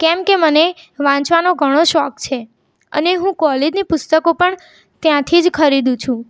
કેમ કે મને વાંચવાનો ઘણો શોખ છે અને હું કોલેજની પુસ્તકો પણ ત્યાંથી જ ખરીદું છું